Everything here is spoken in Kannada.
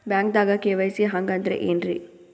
ಬ್ಯಾಂಕ್ದಾಗ ಕೆ.ವೈ.ಸಿ ಹಂಗ್ ಅಂದ್ರೆ ಏನ್ರೀ?